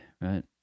right